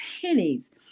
pennies